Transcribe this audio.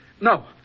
No